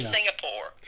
Singapore